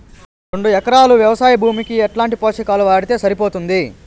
రెండు ఎకరాలు వ్వవసాయ భూమికి ఎట్లాంటి పోషకాలు వాడితే సరిపోతుంది?